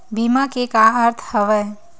बीमा के का अर्थ हवय?